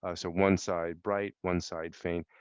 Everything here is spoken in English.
ah so one side bright, one side faint.